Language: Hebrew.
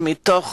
המדינות.